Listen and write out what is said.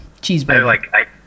Cheeseburger